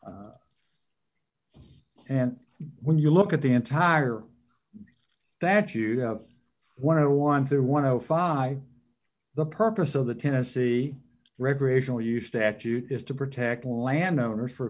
life and when you look at the entire that you have one of one through one hundred and five the purpose of the tennessee recreational use statute is to protect landowners for